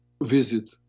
visit